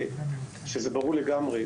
שזה ברור לגמרי.